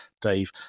Dave